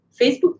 Facebook